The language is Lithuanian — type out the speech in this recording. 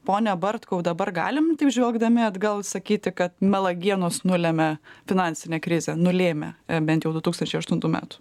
pone bartkau dabar galim taip žvelgdami atgal sakyti kad malagienos nulemia finansinę krizę nulėmė bent jau du tūkstančiai aštuntų metų